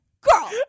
girl